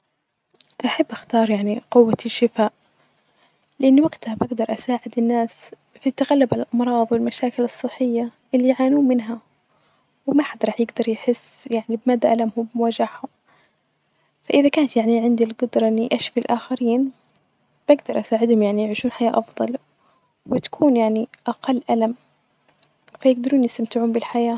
أحب أختار يعني قوة الشفاء لإني وجتها بجدر أساعد الناس في التغلب علي الأمراظ والمشاكل الصحية اللي يعانون منها، وما حدا راح يحث يعني بمدي ألمهم ووجعهم، فإذا كانت يعني عندي الجدرة إني أشفي الآخرين بجدر أساعدهم يعني يعيشون حياة أفظل، وتكون يعني أقل ألم، فيجدرون يستمتعون بالحياة.